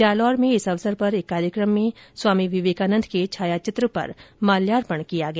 जालौर में इस अवसर पर एक कार्यक्रम में स्वामी विवेकानंद के छायाचित्र पर माल्यार्पण किया गया